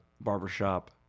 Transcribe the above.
barbershop